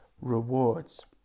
rewards